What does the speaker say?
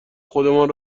خودمان